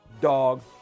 dog